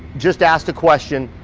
just asked a question.